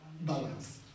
balance